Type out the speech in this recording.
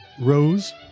Rose